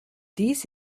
dies